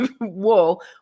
wall